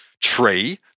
tree